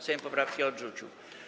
Sejm poprawki odrzucił.